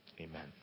amen